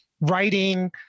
writing